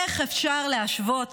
איך אפשר להשוות